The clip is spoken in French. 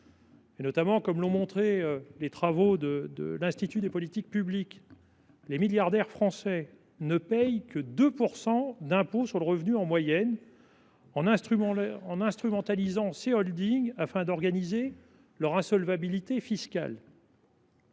Comme l’ont montré les travaux de l’Institut des politiques publiques (IPP), les milliardaires français ne paient que 2 % d’impôt sur le revenu en moyenne en instrumentalisant ce type de sociétés afin d’organiser leur insolvabilité fiscale.